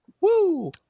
Woo